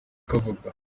akavuga